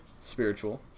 Spiritual